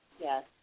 Yes